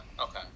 Okay